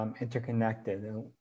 Interconnected